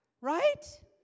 Right